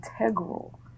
integral